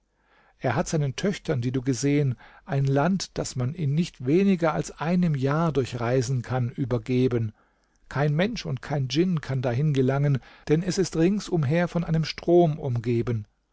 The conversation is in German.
er hat seinen töchtern die du gesehen ein land das man in nicht weniger als einem jahr durchreisen kann übergeben kein mensch und kein djinn kann dahin gelangen denn es ist rings umher von einem strom umgeben